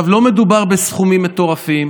לא מדובר בסכומים מטורפים